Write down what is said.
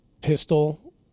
pistol